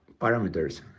parameters